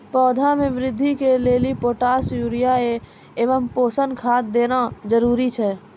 पौधा मे बृद्धि के लेली पोटास यूरिया एवं पोषण खाद देना जरूरी छै?